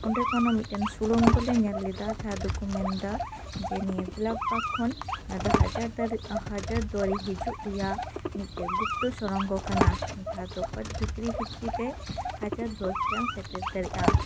ᱚᱸᱰᱮ ᱠᱷᱚᱱ ᱦᱚᱸ ᱢᱤᱫᱴᱮᱱ ᱥᱩᱲᱚᱝᱜᱚ ᱞᱮ ᱧᱮᱞ ᱞᱮᱫᱟ ᱡᱟᱦᱟᱸ ᱫᱚ ᱠᱚ ᱢᱮᱱ ᱫᱟ ᱡᱮ ᱱᱤᱭᱟᱹ ᱜᱳᱞᱟᱯᱵᱟᱜᱽ ᱠᱷᱚᱱ ᱱᱚᱣᱟ ᱫᱚ ᱦᱟᱡᱟᱨ ᱫᱟᱨᱮ ᱦᱟᱡᱟᱨᱫᱩᱣᱟᱨᱤ ᱦᱤᱡᱩᱜ ᱨᱮᱭᱟᱜ ᱢᱤᱫᱴᱮᱱ ᱜᱩᱯᱛᱚ ᱥᱩᱲᱚᱝᱜᱚ ᱠᱟᱱᱟ ᱡᱟᱦᱟᱸ ᱫᱚ ᱚᱛ ᱵᱷᱤᱛᱨᱤ ᱵᱷᱤᱛᱨᱤ ᱛᱮ ᱦᱟᱡᱟᱨᱰᱩᱣᱟᱨᱤ ᱥᱮᱫ ᱮᱢ ᱥᱮᱴᱮᱨ ᱫᱟᱲᱮᱭᱟᱜᱼᱟ